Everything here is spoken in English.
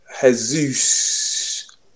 Jesus